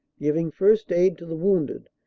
giving first aid to the wounded,